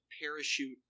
parachute